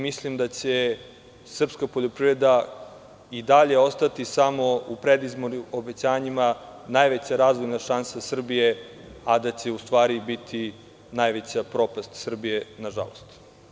Mislim da će srpska poljoprivreda i dalje ostati samo u predizbornim obećanjima najveća razvojna šansa Srbije, a daće u stvari biti najveća propast Srbije, nažalost.